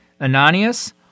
Ananias